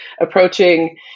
approaching